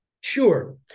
sure